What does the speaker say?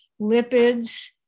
lipids